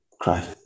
cry